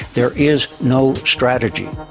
there is no strategy.